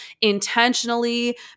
intentionally